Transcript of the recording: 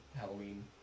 Halloween